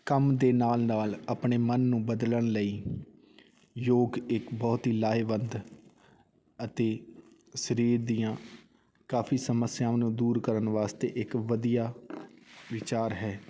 ਕੰਮ ਦੇ ਨਾਲ ਨਾਲ ਆਪਣੇ ਮਨ ਨੂੰ ਬਦਲਣ ਲਈ ਯੋਗ ਇੱਕ ਬਹੁਤ ਹੀ ਲਾਹੇਵੰਦ ਅਤੇ ਸਰੀਰ ਦੀਆਂ ਕਾਫ਼ੀ ਸਮੱਸਿਆਵਾਂ ਨੂੰ ਦੂਰ ਕਰਨ ਵਾਸਤੇ ਇੱਕ ਵਧੀਆ ਵਿਚਾਰ ਹੈ